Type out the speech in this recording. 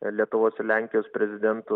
lietuvos ir lenkijos prezidentų